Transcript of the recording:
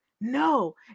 No